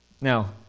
Now